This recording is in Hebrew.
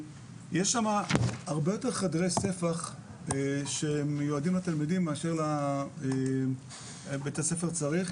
יש שם הרבה יותר חדרי ספח שמיועדים לתלמידים מאשר מה שבית הספר צריך.